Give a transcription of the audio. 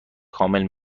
کامل